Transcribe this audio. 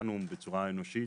חטאנו בצורה אנושית,